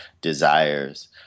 desires